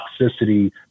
toxicity